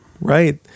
right